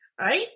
right